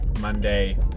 Monday